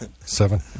Seven